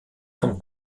vom